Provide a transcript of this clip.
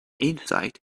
insight